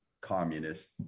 Communist